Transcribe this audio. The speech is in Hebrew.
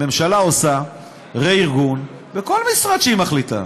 הממשלה עושה רה-ארגון בכל משרד שהיא מחליטה.